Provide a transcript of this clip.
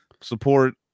support